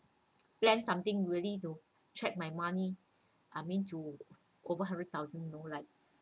plan something really to check my money I mean to over hundred thousand you know like